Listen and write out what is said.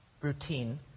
routine